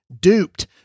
duped